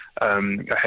Ahead